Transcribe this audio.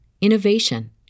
innovation